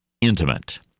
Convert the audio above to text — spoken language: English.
intimate